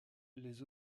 les